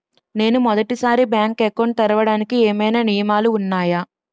నేను మొదటి సారి బ్యాంక్ అకౌంట్ తెరవడానికి ఏమైనా నియమాలు వున్నాయా?